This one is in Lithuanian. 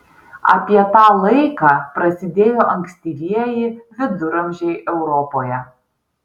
apie tą laiką prasidėjo ankstyvieji viduramžiai europoje